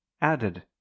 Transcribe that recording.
added